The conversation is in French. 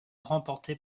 remportée